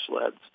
sleds